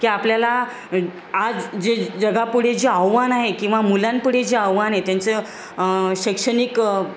की आपल्याला आज जे जगापुढे जे आव्हान आहे किंवा मुलांपुढे जे आव्हान आहे त्यांचं शैक्षणिक